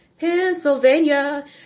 Pennsylvania